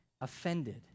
offended